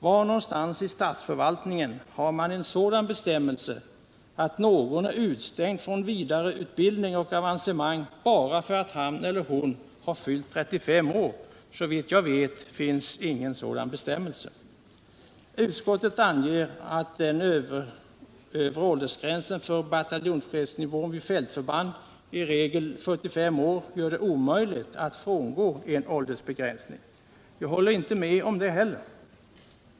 Var någonstans i statsförvaltningen har man bestämmelser som utestänger någon från vidare utbildning och avancemang bara därför att han eller hon har fyllt 35 år? Såvitt jag vet finns ingen sådan bestämmelse. Utskottet anger att den övre åldersgränsen för bataljonschefsnivån vid fältförband — i regel 45 år — gör det omöjligt att frångå en åldersbegränsning. Jag håller inte med om det heller.